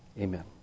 amen